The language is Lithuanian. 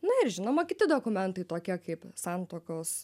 na ir žinoma kiti dokumentai tokie kaip santuokos